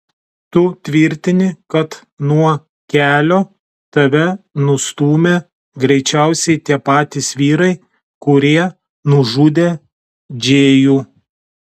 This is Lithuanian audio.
tu tvirtini kad nuo kelio tave nustūmė greičiausiai tie patys vyrai kurie nužudė džėjų